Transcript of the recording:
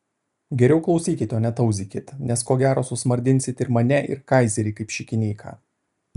geriau klausykit o ne tauzykit nes ko gero susmardinsite ir mane ir kaizerį kaip šikinyką